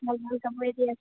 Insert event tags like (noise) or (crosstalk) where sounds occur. ভাল ভাল কাপোৰ (unintelligible)